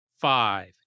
five